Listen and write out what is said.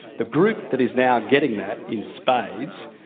the group that is now getting that in spades,